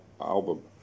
Album